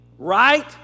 Right